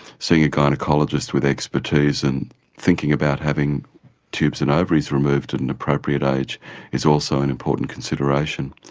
seeing a gynaecologist with expertise, and thinking about having tubes and ovaries removed at an appropriate age is also an important consideration.